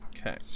Okay